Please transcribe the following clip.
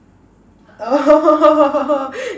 oh